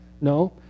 No